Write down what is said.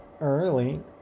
early